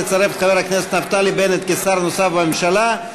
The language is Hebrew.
לצרף את חבר הכנסת נפתלי בנט כשר נוסף בממשלה,